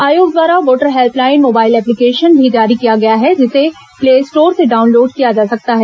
आयोग द्वारा voter helpline mobile application भी जारी किया गया है जिसे प्ले स्टोर से डाउनलोड किया जा सकता है